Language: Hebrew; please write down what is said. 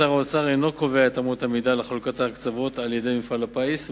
שר האוצר אינו קובע את אמות המידה לחלוקת ההקצבות על-ידי מפעל הפיס.